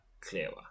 clearer